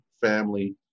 family